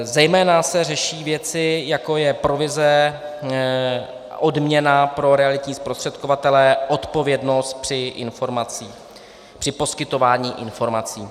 Zejména se řeší věci, jako je provize a odměna pro realitní zprostředkovatele, odpovědnost při poskytování informací.